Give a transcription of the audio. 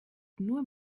nur